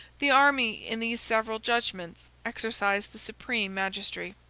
the army, in these several judgments, exercised the supreme magistracy.